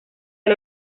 del